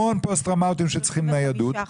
35 אחוזים.